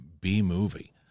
B-movie